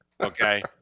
Okay